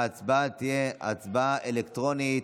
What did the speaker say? ההצבעה תהיה הצבעה אלקטרונית.